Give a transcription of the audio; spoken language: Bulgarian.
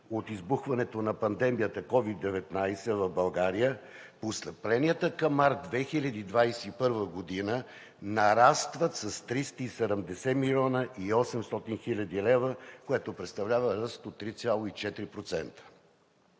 от избухването на пандемията COVID-19 в България, постъпленията към март 2021 г. нарастват с 370 млн. 800 хил. лв., което представлява ръст от 3,4%.